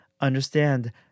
understand